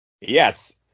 Yes